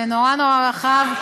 זה נורא נורא רחב,